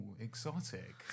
exotic